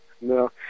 No